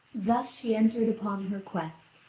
thus she entered upon her quest,